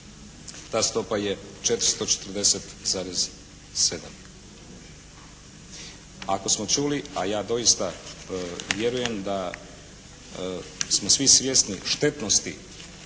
ta stopa je 440,7. Ako smo čuli, a ja doista vjerujem da smo svi svjesni štetnosti